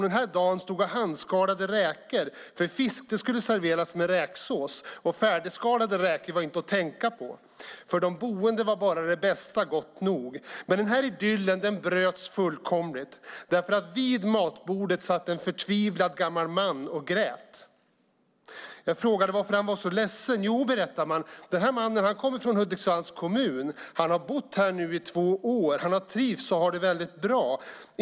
Den här dagen stod hon och handskalade räkor, för fisk skulle serveras med räksås, och färdigskalade räkor var inte att tänka på. För de boende var bara det bästa gott nog. Men idyllen bröts fullkomligt, för vid matbordet satt en förtvivlad gammal man och grät. Jag frågade varför han var så ledsen. Man berättade att mannen kom från Hudiksvalls kommun och hade bott på boendet i två år. Han trivdes och hade det bra, sade man.